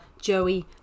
Joey